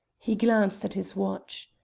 he glanced at his watch.